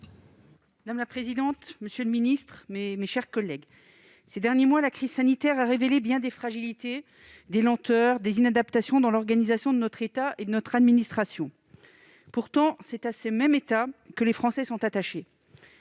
Mme Else Joseph. Monsieur le ministre, ces derniers mois, la crise sanitaire a révélé bien des fragilités, des lenteurs et des inadaptations dans l'organisation de notre État et de notre administration. Pourtant, c'est à ce même État que les Français sont attachés.